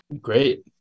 Great